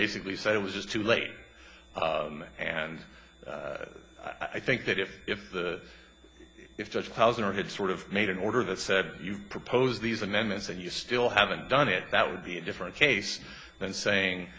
basically said it was just too late and i think that if if the if judge housing or had sort of made an order that said you propose these amendments and you still haven't done it that would be a different case than saying